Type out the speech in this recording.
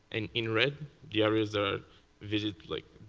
and in red the areas are visited like,